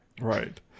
Right